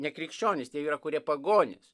nekrikščionys tai yra kurie pagonys